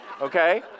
okay